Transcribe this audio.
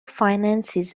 finances